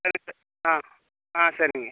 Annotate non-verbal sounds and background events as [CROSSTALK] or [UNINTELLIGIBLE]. [UNINTELLIGIBLE] ஆ ஆ சரிங்க